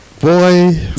Boy